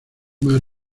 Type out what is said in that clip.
mar